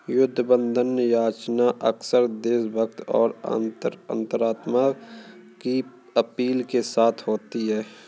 युद्ध बंधन याचना अक्सर देशभक्ति और अंतरात्मा की अपील के साथ होती है